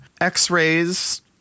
x-rays